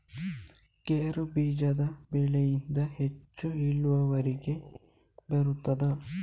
ಗೇರು ಬೀಜದ ಬೆಳೆಯಿಂದ ಹೆಚ್ಚು ಇಳುವರಿ ಬರುತ್ತದಾ?